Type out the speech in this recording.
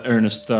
Ernest